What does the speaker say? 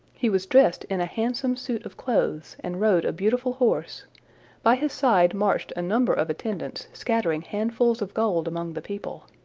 he was dressed in a handsome suit of clothes, and rode a beautiful horse by his side marched a number of attendants, scattering handfuls of gold among the people.